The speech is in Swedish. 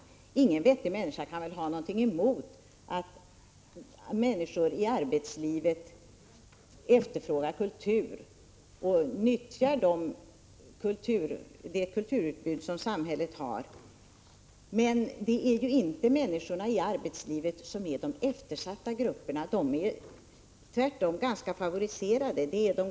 Ingen vettig människa kan väl ha någonting emot att människor i arbetslivet efterfrågar kultur och nyttjar samhällets kulturutbud. Men det är inte människorna i arbetslivet som är en eftersatt grupp — de är tvärtom ganska favoriserade.